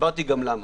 הסברתי גם למה.